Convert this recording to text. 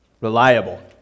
reliable